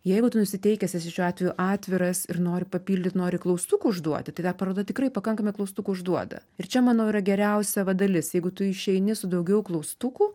jeigu tu nusiteikęs esi šiuo atveju atviras ir nori papildyt nori klaustukų užduoti tai ta paroda tikrai pakankamai klaustukų užduoda ir čia manau yra geriausia va dalis jeigu tu išeini su daugiau klaustukų